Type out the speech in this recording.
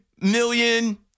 million